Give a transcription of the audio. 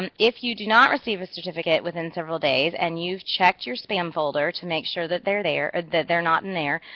and if you do not receive a certificate within several days and you've checked your spam folder to make sure that they're there or that they're not in there,